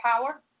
power